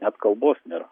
net kalbos nėra